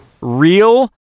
real